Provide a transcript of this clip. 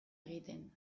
egiten